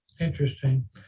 Interesting